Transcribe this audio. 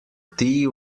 tea